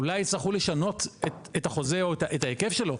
אולי יצטרכו לשנות את החוזה או ההיקף שלו,